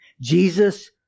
Jesus